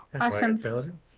awesome